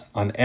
on